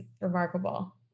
remarkable